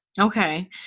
Okay